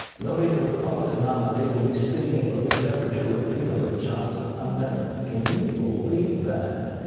noting the republican nominee will be speaking about his efforts to repeal the johnson amendment. can you believe that?